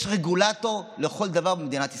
יש רגולטור לכל דבר במדינת ישראל.